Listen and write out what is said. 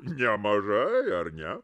nemažai ar ne